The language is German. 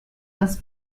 das